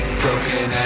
broken